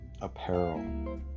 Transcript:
apparel